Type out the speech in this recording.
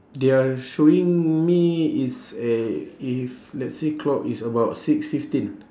they are showing me it's a if let's say clock is about six fifteen